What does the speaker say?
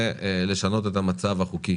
ולשנות את המצב החוקי